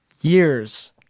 years